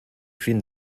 fin